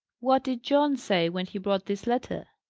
what did john say when he brought this letter?